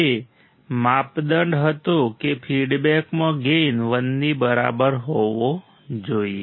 તે માપદંડ હતો કે ફીડબેકમાં ગેઇન 1 ની બરાબર હોવો જોઈએ